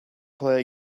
play